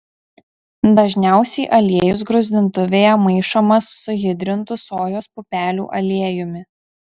dažniausiai aliejus gruzdintuvėje maišomas su hidrintu sojos pupelių aliejumi